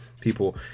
people